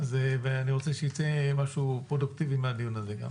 ואני רוצה שיצא משהו פרודוקטיבי מהדיון גם.